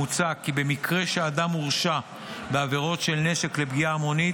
מוצע כי במקרה שאדם הורשע בעבירות נשק לפגיעה המונית,